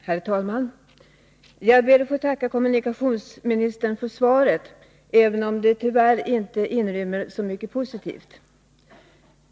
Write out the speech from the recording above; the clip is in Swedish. Herr talman! Jag ber att få tacka kommunikationsministern för svaret, även om det tyvärr inte innehåller så mycket positivt.